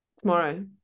Tomorrow